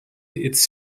its